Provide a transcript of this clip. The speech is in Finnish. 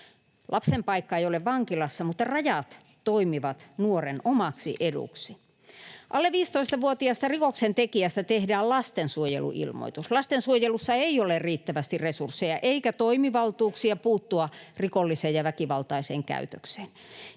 Lapsen paikka ei ole vankilassa, mutta rajat toimivat nuoren omaksi eduksi. Alle 15-vuotiaasta rikoksentekijästä tehdään lastensuojeluilmoitus. Lastensuojelussa ei ole riittävästi resursseja eikä toimivaltuuksia puuttua rikolliseen ja väkivaltaiseen käytökseen.